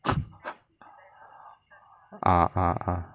ah ah ah